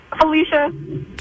Felicia